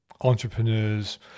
entrepreneurs